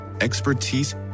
expertise